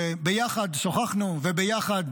ביחד שוחחנו, וביחד